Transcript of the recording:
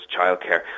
childcare